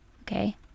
okay